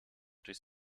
durch